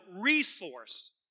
resource